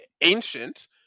ancient